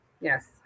yes